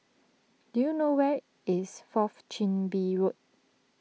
do you know where is Fourth Chin Bee Road